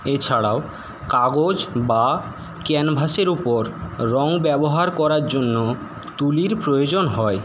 এছাড়াও কাগজ বা ক্যানভাসের ওপর রং ব্যবহার করার জন্য তুলির প্রয়োজন হয়